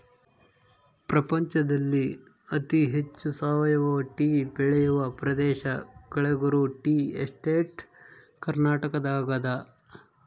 ಪ್ರಪಂಚದಲ್ಲಿ ಅತಿ ಹೆಚ್ಚು ಸಾವಯವ ಟೀ ಬೆಳೆಯುವ ಪ್ರದೇಶ ಕಳೆಗುರು ಟೀ ಎಸ್ಟೇಟ್ ಕರ್ನಾಟಕದಾಗದ